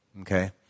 Okay